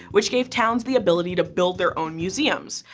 which gave towns the ability to build their own museums.